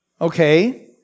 Okay